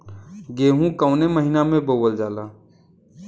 गेहूँ कवने महीना में बोवल जाला?